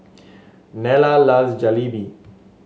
Nella loves Jalebi